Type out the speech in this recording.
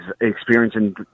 experiencing